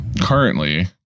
currently